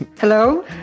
Hello